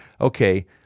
okay